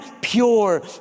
pure